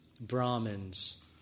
Brahmins